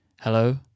Hello